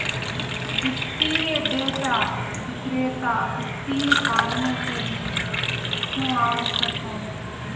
वित्तीय डेटा विक्रेता वित्तीय फर्मों के लिए क्यों आवश्यक है?